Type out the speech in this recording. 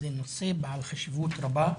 זה נושא בעל חשיבות רבה.